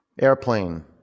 Airplane